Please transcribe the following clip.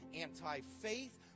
anti-faith